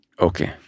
Okay